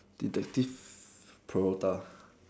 detective-peralta